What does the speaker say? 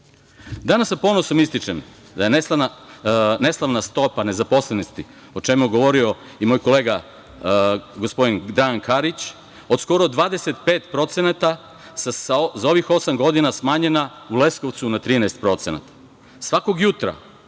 sa ponosom ističem da je neslavna stopa nezaposlenosti, o čemu je govorio i moj kolega gospodin Dragomir Karić, od skoro 25% za ovih osam godina smanjena u Leskovcu na 13%. Svakog jutra,